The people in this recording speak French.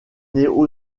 néo